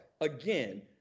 Again